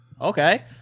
Okay